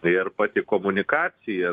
ir pati komunikacija